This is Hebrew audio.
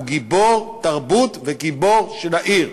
הוא גיבור תרבות וגיבור של העיר,